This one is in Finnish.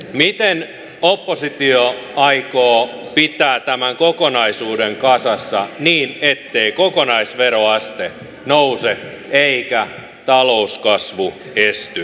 miten oppositio aikoo pitää tämän kokonaisuuden kasassa niin ettei kokonaisveroaste nouse eikä talouskasvu esty